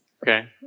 Okay